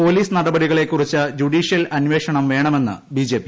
police നടപടികളെ കുറിച്ച് ജുഡീഷ്യൽ അന്വേഷണം വേണമെന്ന് ബി ജെ പി